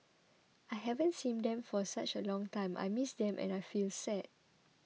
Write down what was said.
I haven't seen them for such a long time I miss them and I feel sad